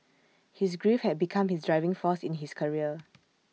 his grief had become his driving force in his career